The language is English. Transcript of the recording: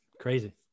crazy